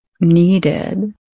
needed